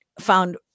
found